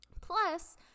plus